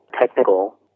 technical